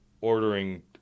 ordering